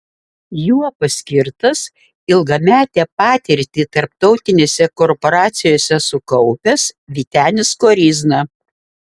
juo paskirtas ilgametę patirtį tarptautinėse korporacijose sukaupęs vytenis koryzna